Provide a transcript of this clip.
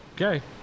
Okay